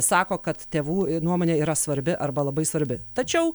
sako kad tėvų nuomonė yra svarbi arba labai svarbi tačiau